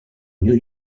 new